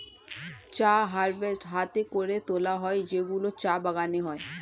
চা হারভেস্ট হাতে করে তোলা হয় যেগুলো চা বাগানে হয়